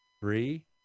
Three